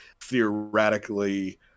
theoretically